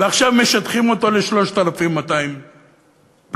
ועכשיו משדכים אותו ל-3,200 פליטים.